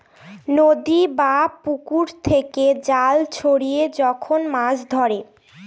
নদী বা পুকুর থেকে জাল ছড়িয়ে যখন মাছ ধরে